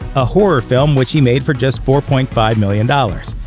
a horror film which he made for just four point five million dollars.